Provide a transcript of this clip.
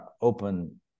open